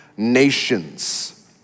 Nations